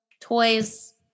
toys